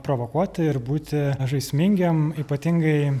provokuoti ir būti žaismingiem ypatingai